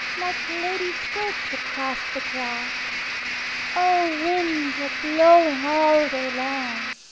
like ladies' skirts across the grass o wind, a-blowing all day long,